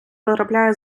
потрапляє